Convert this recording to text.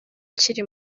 ukiri